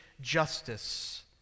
justice